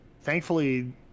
thankfully